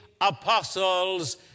apostles